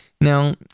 Now